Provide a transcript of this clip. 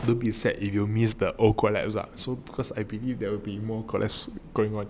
don't be sad if you will miss the old collab ah so because I believe there will be more collab going on as